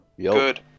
Good